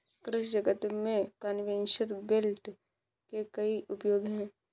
कृषि जगत में कन्वेयर बेल्ट के कई उपयोग हैं